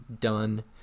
done